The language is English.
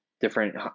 different